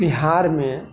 बिहारमे